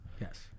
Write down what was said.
Yes